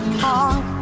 heart